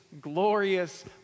glorious